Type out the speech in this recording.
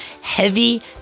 heavy